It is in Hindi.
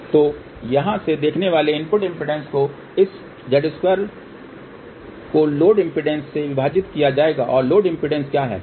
तो यहाँ से देखने वाले इनपुट इम्पीडेन्स को इस Z2 को लोड इम्पीडेन्स से विभाजित किया जाएगा और लोड इम्पीडेन्स क्या है